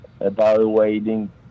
evaluating